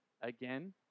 Again